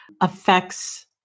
affects